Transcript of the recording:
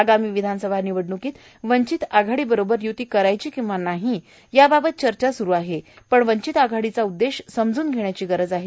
आगामी विधानसभा निवडणुकीत वंचित आघाडी बरोबर युती करायची किंवा नाही याबाबत चर्चा सुरू आहे पण वंचित आघाडीचा उद्देश समजून घेण्याची गरज आहे